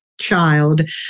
child